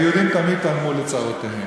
היהודים תמיד תרמו לצרותיהם,